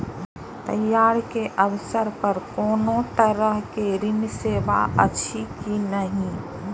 त्योहार के अवसर पर कोनो तरहक ऋण सेवा अछि कि नहिं?